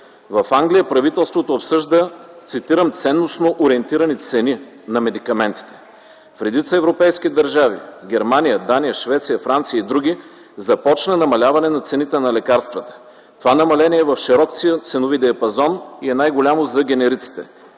В Англия правителството обсъжда, цитирам: „Ценностно ориентиране цени на медикаментите”. В редица европейски държави – Германия, Дания, Швеция, Франция и др., започна намаляване на цените на лекарствата. Това намаление е в широк ценови диапазон и е най-голямо за генериците.